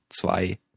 zwei